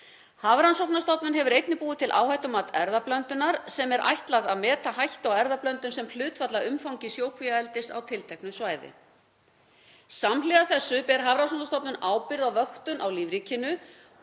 Hafrannsóknastofnun hefur einnig búið til áhættumat erfðablöndunar sem er ætlað að meta hættu á erfðablöndun sem hlutfall af umfangi sjókvíaeldis á tilteknu svæði. Samhliða þessu ber Hafrannsóknastofnun ábyrgð á vöktun á lífríkinu